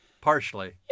Partially